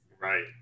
Right